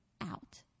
out